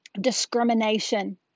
discrimination